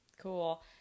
Cool